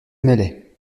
meslay